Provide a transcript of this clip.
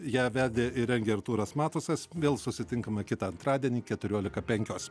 ją vedė ir rengė artūras matusas vėl susitinkame kitą antradienį keturiolika penkios